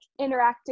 interactive